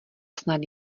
snad